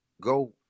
go